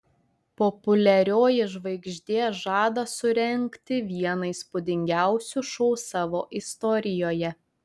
populiarioji žvaigždė žada surengti vieną įspūdingiausių šou savo istorijoje